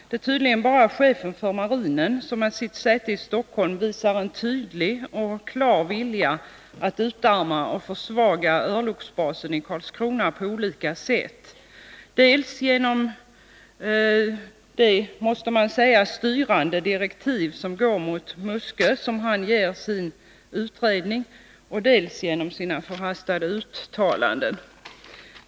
Det är tydligen bara chefen för marinen som med sitt säte i Stockholm visar en tydlig och klar vilja att på olika sätt utarma och försvaga örlogsbasen i Karlskrona dels genom de — det måste man säga — styrande direktiv mot Muskö som han ger sin utredning, dels genom sina förhastade uttalanden.